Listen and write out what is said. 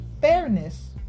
fairness